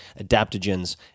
adaptogens